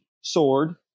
sword